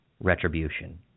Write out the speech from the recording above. retribution